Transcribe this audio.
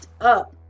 up